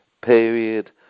period